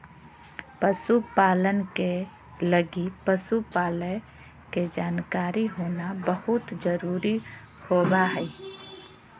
पशु पालन के लगी पशु पालय के जानकारी होना बहुत जरूरी होबा हइ